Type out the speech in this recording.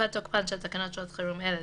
בתקופת תוקפן של תקנות שעת חירום אלה,